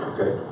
Okay